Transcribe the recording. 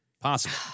Possible